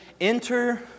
enter